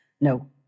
No